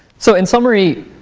so in summary,